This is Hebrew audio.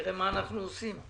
נראה מה אנחנו עושים.